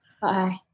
Bye